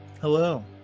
hello